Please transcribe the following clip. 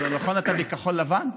ואני אומר: נכון שאתה מכחול לבן?